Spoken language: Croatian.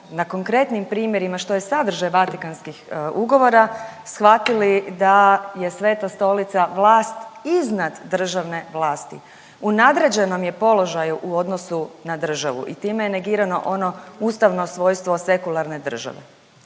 na konkretnim primjerima, što je sadržaj Vatikanskih ugovora shvatili da je Sveta Stolica vlast iznad državne vlasti. U nadređenom je položaju u odnosu na državu i time je negirano ono ustavno svojstvo sekularne države.